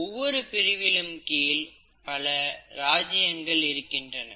ஒவ்வொரு பிரிவிற்கும் கீழ் பல ராஜியங்கள் இருக்கின்றன